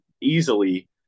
easily